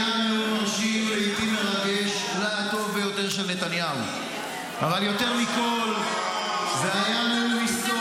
נאום מרגש --- תתנהגו כמו בני אדם.